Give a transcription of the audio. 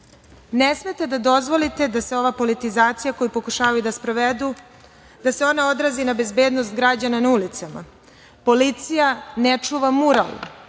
smete da dozvolite da se ova politizacija, koju pokušavaju da sprovedu, odrazi na bezbednost građana na ulicama. Policija ne čuva mural,